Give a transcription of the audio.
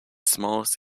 smallest